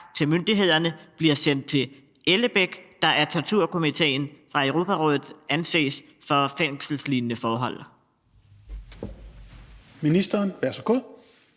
til myndighederne, bliver sendt til Ellebæk, der af torturkomitéen fra Europarådet anses for at være fængselslignende forhold.